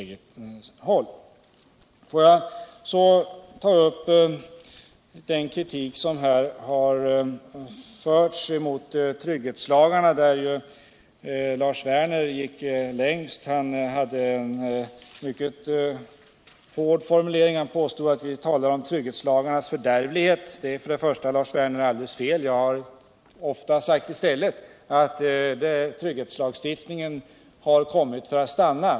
Låt mig så ta upp den kritik som här har framförts mot oss när det gäller trygghetslagarna. Lars Werner gick längst: han påstod att vi tälar om trygghetslagarnas fördärvlighet. Det är, Lars Werner, alldeles fel. Jag har ofta sagt att trygghetslagstiftningen har kommit för att stanna.